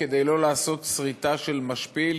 כדי לא לעשות שריטה של משפיל,